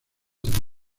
tomar